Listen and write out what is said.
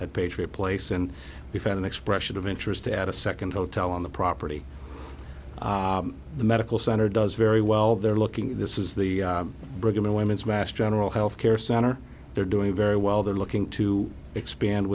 at patriot place and we've had an expression of interest to add a second hotel on the property the medical center does very well there looking this is the brigham and women's mass general health care center they're doing very well they're looking to expand